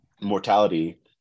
mortality